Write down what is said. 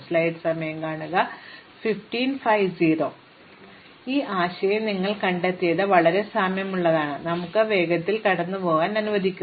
അതിനാൽ ഈ ആശയം നിങ്ങൾ കണ്ടതിനോട് വളരെ സാമ്യമുള്ളതാണ് കാരണം ഞങ്ങളെ വേഗത്തിൽ കടന്നുപോകാൻ അനുവദിക്കുക